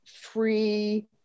free